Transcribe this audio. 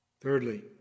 Thirdly